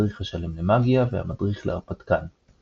"המדריך השלם למאגיה" ו"המדריך להרפתקן".